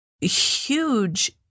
huge